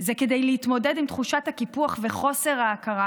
זה כדי להתמודד עם תחושת הקיפוח וחוסר ההכרה,